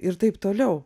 ir taip toliau